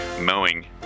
mowing